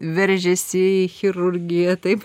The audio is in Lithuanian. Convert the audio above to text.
veržiasi į chirurgiją taip